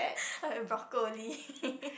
like brocolli